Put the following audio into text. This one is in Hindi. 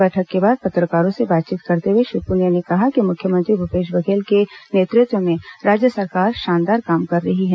बैठक के बाद पत्रकारों से बातचीत करते हुए श्री पुनिया ने कहा कि मुख्यमंत्री भूपेश बघेल के नेतृत्व में राज्य सरकार शानदार काम कर रही है